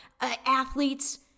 athletes